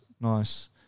nice